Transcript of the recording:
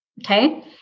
Okay